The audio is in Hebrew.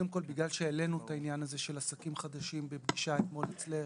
בגלל שהעלינו את העניין הזה של עסקים חדשים בפגישה אתמול אצלך,